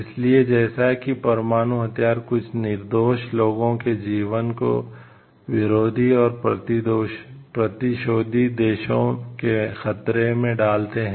इसलिए जैसा कि परमाणु हथियार कुछ निर्दोष लोगों के जीवन को विरोधी और प्रतिशोधी देशों में खतरे में डालते हैं